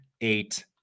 eight